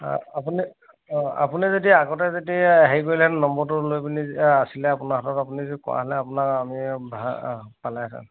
আপুনি অঁ আপুনি যদি আগতে যদি হেৰি কৰিলেহে নম্বৰটো লৈ পিনি আছিলে আপোনাৰ হাতত আপুনি যদি কোৱা হ'লে আপোনাক আমি ভাল পালেহেতেন